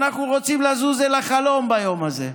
אנחנו רוצים לזוז אל החלום ביום הזה.